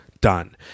done